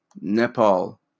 Nepal